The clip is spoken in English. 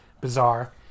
bizarre